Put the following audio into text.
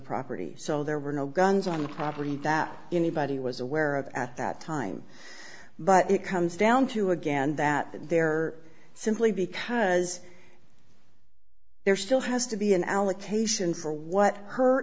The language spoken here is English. property so there were no guns on the property that anybody was aware of at that time but it comes down to again that there are simply because there still has to be an allocation for what her